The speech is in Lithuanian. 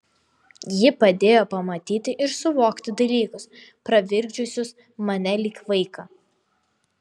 ji padėjo pamatyti ir suvokti dalykus pravirkdžiusius mane lyg vaiką